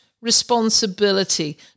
responsibility